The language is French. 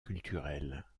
culturelle